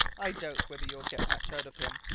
i doubt whether you will get much out of him,